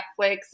Netflix